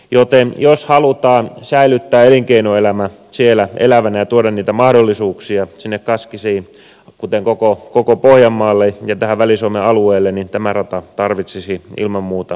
joten jos halutaan säilyttää elinkeinoelämä siellä elävänä ja tuoda niitä mahdollisuuksia sinne kaskisiin kuten koko pohjanmaalle ja tähän väli suomen alueelle niin tämä rata tarvitsisi ilman muuta investointeja